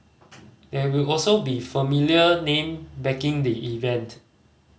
there will also be a familiar name backing the event